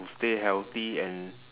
to stay healthy and